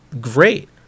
great